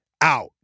out